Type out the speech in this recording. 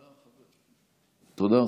תודה.